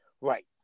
right